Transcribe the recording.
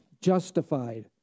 justified